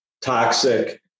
toxic